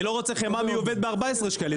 אני לא רוצה חמאה מיובאת ב-14 שקלים,